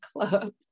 Club